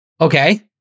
Okay